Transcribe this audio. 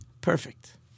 perfect